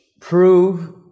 Prove